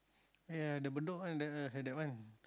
ya the Bedok one the the that one